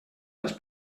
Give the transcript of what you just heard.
dels